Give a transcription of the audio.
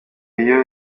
iyo